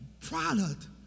product